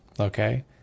okay